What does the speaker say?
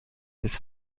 his